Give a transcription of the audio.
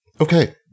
Okay